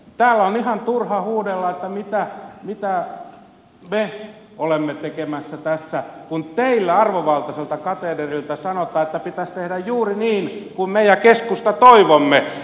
täällä on ihan turha huudella että mitä me olemme tekemässä tässä kun teillä arvovaltaiselta kateederilta sanotaan että pitäisi tehdä juuri niin kuin me ja keskusta toivomme